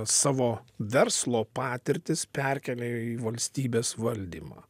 savo verslo patirtis perkelia į valstybės valdymą